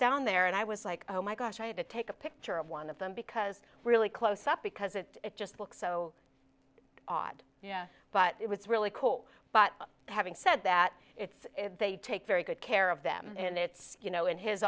down there and i was like oh my gosh i had to take a picture of one of them because really close up because it just looks so odd yeah but it was really cool but having said that it's they take very good care of them and it's you know and his